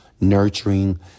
nurturing